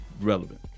relevant